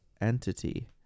entity